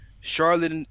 Charlotte